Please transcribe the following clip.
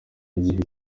igihe